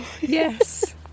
Yes